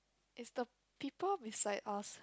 it's the people beside us